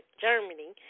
Germany